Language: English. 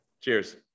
Cheers